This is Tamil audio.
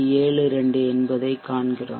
72 என்பதைக் காண்கிறோம்